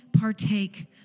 partake